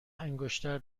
انگشتر